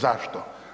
Zašto?